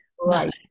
right